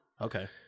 Okay